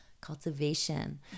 cultivation